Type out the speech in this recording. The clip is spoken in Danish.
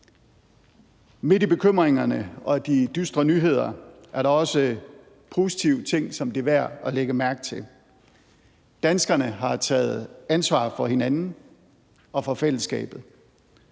Midt i bekymringerne og de dystre nyheder er der også positive ting, som det er værd at lægge mærke til. Danskerne har taget ansvar for hinanden og for fællesskabet,